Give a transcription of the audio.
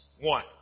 One